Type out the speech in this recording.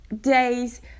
day's